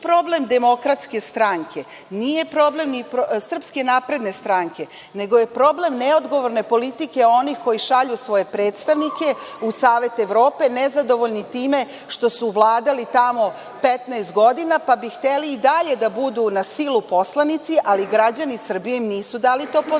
problem Srbije. Znači, nije problem DS, nije problem ni SNS, nego je problem neodgovorne politike onih koji šalju svoje predstavnike u Savet Evrope nezadovoljni time što su vladali tamo 15 godina pa bi hteli i dalje da budu na silu poslanici, ali građani Srbije im nisu dali to poverenje